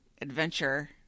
adventure